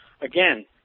Again